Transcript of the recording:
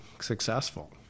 successful